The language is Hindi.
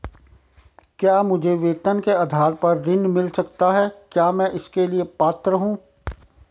क्या मुझे वेतन के आधार पर ऋण मिल सकता है क्या मैं इसके लिए पात्र हूँ?